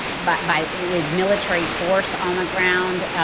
but by with military force on the ground,